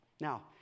Now